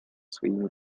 своими